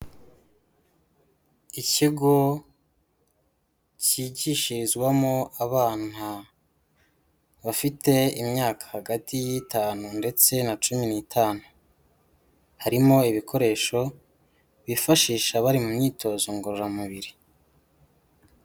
Ikigo kigishirizwamo abana bafite imyaka hagati y'itanu ndetse na cumi n'itanu. Harimo ibikoresho bifashisha bari mu myitozo ngororamubiri.